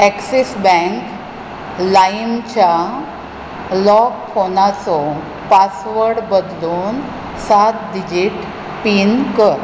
axis bank लाइमच्या lock फोनाचो password बदलून सात डिजिट पिन कर